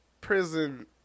prison